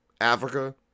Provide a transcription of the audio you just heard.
Africa